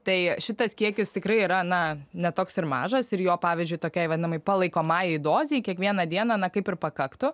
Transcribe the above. tai šitas kiekis tikrai yra na ne toks ir mažas ir jo pavyzdžiui tokiai vadinamai palaikomajai dozei kiekvieną dieną na kaip ir pakaktų